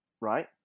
right